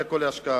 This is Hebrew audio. אלא כאל השקעה.